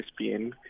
ESPN